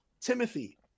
Timothy